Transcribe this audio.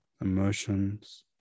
Emotions